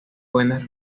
buenas